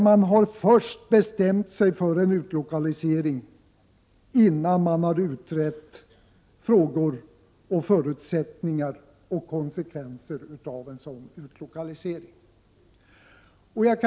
Man har bestämt sig för en utlokalisering innan man utrett förutsättningar och konsekvenser av en sådan utlokalisering.